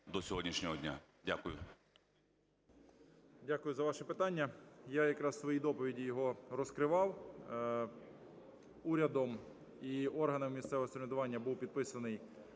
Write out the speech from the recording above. до сьогоднішнього дня. Дякую.